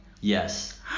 Yes